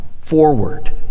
forward